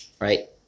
right